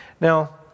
Now